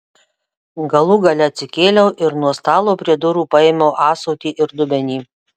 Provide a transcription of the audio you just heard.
galų gale atsikėliau ir nuo stalo prie durų paėmiau ąsotį ir dubenį